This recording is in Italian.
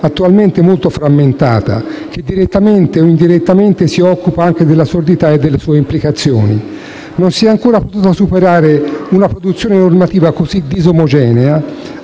attuale molto frammentata, che direttamente o indirettamente si occupa anche della sordità e delle sue implicazioni. Non si è ancora potuta superare una produzione normativa così disomogenea